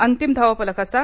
अंतिम धावफलक असा